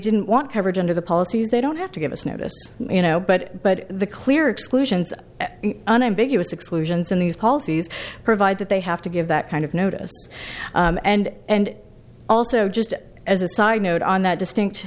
didn't want coverage under the policies they don't have to give us notice you know but but the clear exclusions unambiguous exclusions in these policies provide that they have to give that kind of notice and also just as a side note on that distinct